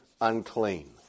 unclean